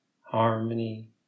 harmony